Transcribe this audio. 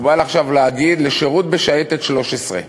מקובל עכשיו להגיד, לשירות בשייטת 13,